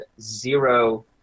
zero